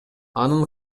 аны